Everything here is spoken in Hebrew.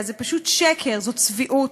זה פשוט שקר, זאת צביעות.